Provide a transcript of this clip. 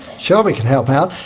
sure, we can help out.